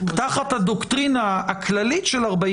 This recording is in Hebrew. תחת הדוקטרינה הכללית של 49,